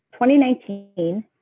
2019